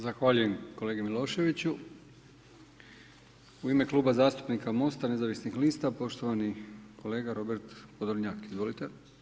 Zahvaljujem kolegi Miloševiću, u ime Kluba zastupnika Mosta, nezavisnih lista, poštovani kolega Robert Podolnjak, izvolite.